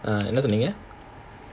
uh என்ன சொன்னீங்க:enna sonneenga